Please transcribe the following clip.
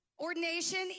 ordination